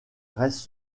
restent